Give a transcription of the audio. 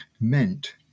meant